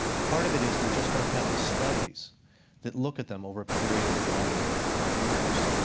part of it is we just don't have the studies that look at them over a period of one year or five years.